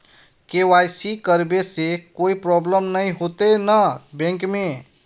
KYC करबे से कोई प्रॉब्लम नय होते न बैंक में?